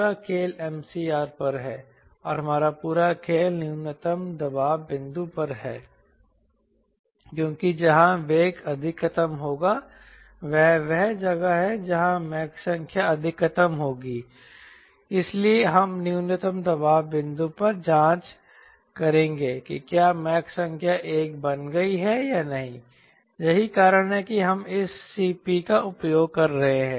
पूरा खेल MCR पर है और हमारा पूरा खेल न्यूनतम दबाव बिंदु पर है क्योंकि जहां वेग अधिकतम होगा वह वह जगह है जहां मैकसंख्या अधिकतम होगी इसलिए हम न्यूनतम दबाव बिंदु पर जांच करेंगे कि क्या मैक संख्या 1 बन गई है या नहीं यही कारण है कि हम इस Cp का उपयोग कर रहे हैं